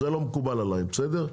זה לא מקובל עליי, בסדר?